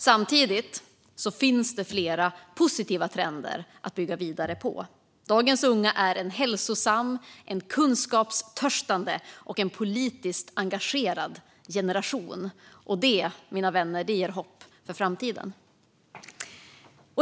Samtidigt finns det flera positiva trender att bygga vidare på. Dagens unga är en hälsosam, kunskapstörstande och politiskt engagerad generation, och det, mina vänner, ger hopp för framtiden.